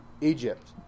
Egypt